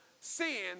sin